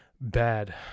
bad